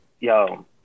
Yo